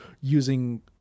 using